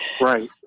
Right